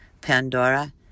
Pandora